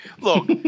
look